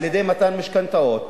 על-ידי מתן משכנתאות,